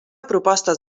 propostes